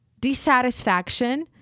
dissatisfaction